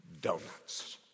donuts